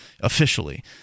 officially